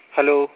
Hello